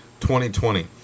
2020